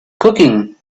cooking